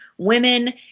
women